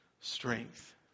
strength